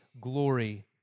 glory